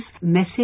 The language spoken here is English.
message